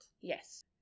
Yes